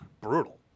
brutal